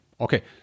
Okay